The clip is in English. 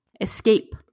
Escape